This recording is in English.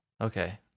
Okay